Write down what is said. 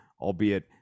albeit